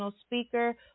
speaker